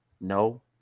No